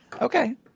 Okay